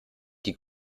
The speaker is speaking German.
die